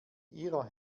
ihrer